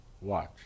watch